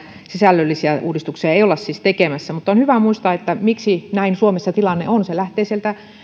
sisällöllisiä uudistuksia olla tekemässä mutta on hyvä muistaa miksi suomessa tilanne on näin se lähtee sieltä